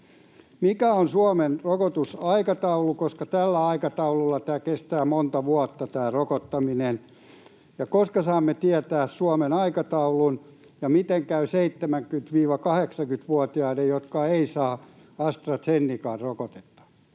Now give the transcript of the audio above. Mikä on Suomen rokotusaikataulu, koska tällä aikataululla tämä rokottaminen kestää monta vuotta? Koska saamme tietää Suomen aikataulun? Ja miten käy 70—80-vuotiaiden, jotka eivät saa AstraZeneca-rokotetta?